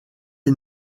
est